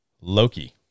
Loki